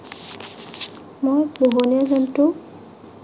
মই পোহনীয়া জন্তু